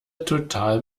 total